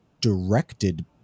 directed